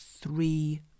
three